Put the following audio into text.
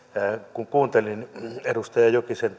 kun kuuntelin edustaja jokisen